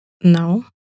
No